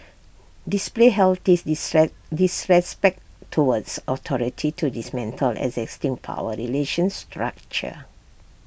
display healthy disrespect towards authority to dismantle existing power relations structure